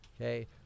okay